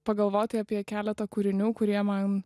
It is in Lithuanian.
pagalvoti apie keletą kūrinių kurie man